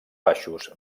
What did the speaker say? baixos